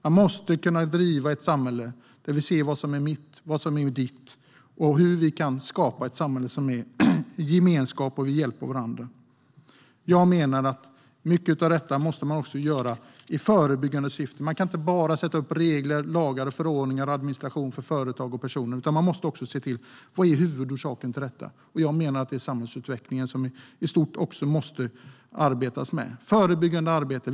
Vi måste kunna driva ett samhälle där vi ser vad som är mitt och ditt och hur vi kan skapa ett samhälle med gemenskap där vi hjälper varandra. Jag menar att mycket av detta måste göras i förebyggande syfte. Man kan inte bara sätta upp regler, lagar, förordningar och administration för företag och personer, utan man måste också se huvudorsaken. Jag menar att man måste arbeta med samhällsutvecklingen i stort - förebyggande arbete.